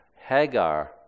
Hagar